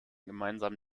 gemeinsam